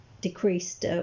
decreased